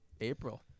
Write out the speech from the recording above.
April